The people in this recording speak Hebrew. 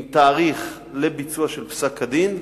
עם תאריך לביצוע פסק-הדין,